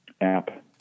app